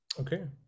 Okay